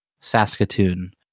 Saskatoon